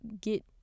get